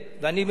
היא נזהרה,